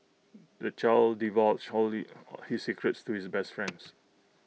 the child divulged all his secrets to his best friends